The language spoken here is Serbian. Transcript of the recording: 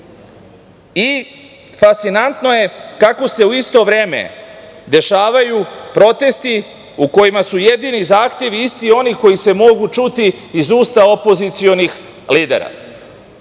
terenu. Fascinantno je kako se u isto vreme dešavaju protesti u kojima su jedini zahtevi isti oni koji se mogu čuti iz usta opozicionih lidera.